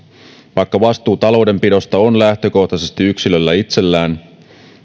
vaikka vastuu taloudenpidosta on lähtökohtaisesti yksilöllä itsellään